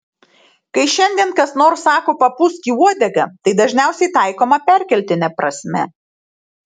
kai šiandien kas nors sako papūsk į uodegą tai dažniausiai taikoma perkeltine prasme